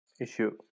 issue